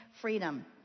freedom